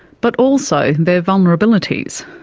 but also their vulnerabilities.